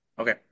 Okay